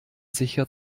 sicher